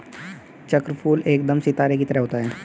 चक्रफूल एकदम सितारे की तरह होता है